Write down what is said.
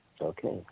okay